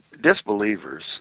disbelievers